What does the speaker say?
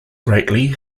greatly